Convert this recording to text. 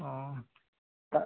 ও তা